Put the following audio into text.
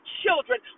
children